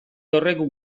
horrek